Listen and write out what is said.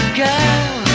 girl